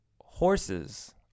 horses